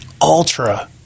ultra